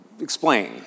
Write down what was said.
Explain